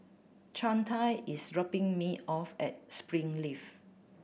Chantal is dropping me off at Springleaf